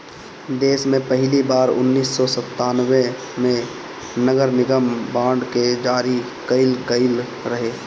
देस में पहिली बार उन्नीस सौ संतान्बे में नगरनिगम बांड के जारी कईल गईल रहे